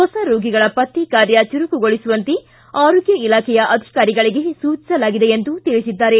ಹೊಸ ರೋಗಿಗಳ ಪತ್ತೆ ಕಾರ್ಯ ಚುರುಕುಗೊಳಿಸುವಂತೆ ಆರೋಗ್ಯ ಇಲಾಖೆಯ ಅಧಿಕಾರಿಗಳಿಗೆ ಸೂಚಿಸಲಾಗಿದೆ ಎಂದು ತಿಳಿಸಿದ್ದಾರೆ